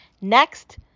Next